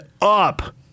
up